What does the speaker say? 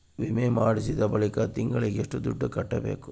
ವಿಮೆ ಮಾಡಿಸಿದ ಬಳಿಕ ತಿಂಗಳಿಗೆ ಎಷ್ಟು ದುಡ್ಡು ಕಟ್ಟಬೇಕು?